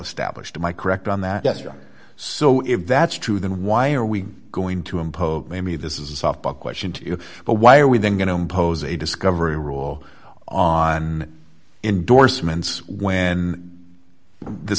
established my correct on that so if that's true then why are we going to impose maybe this is a softball question to you but why are we then going to impose a discovery rule on endorsements when the